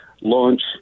launch